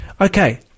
Okay